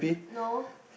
no